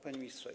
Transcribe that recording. Panie Ministrze!